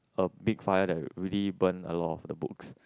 a big fire that really burn a lot of the books